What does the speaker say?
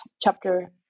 chapter